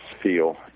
feel